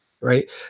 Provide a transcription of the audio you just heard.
right